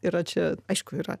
yra čia aišku yra